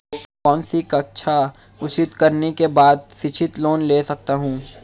कौनसी कक्षा उत्तीर्ण करने के बाद शिक्षित लोंन ले सकता हूं?